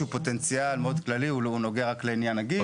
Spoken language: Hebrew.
פוטנציאל מאוד כללי שנוגע רק לעניין הגיל,